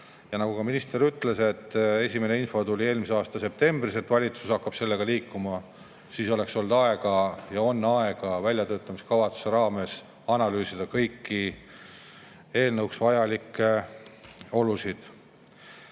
Nagu ka minister ütles, esimene info tuli eelmise aasta septembris, et valitsus hakkab sellega edasi liikuma. Siis oleks olnud aega ja veel on aega väljatöötamiskavatsuse raames analüüsida kõiki eelnõuks vajalikke olusid.